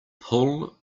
pull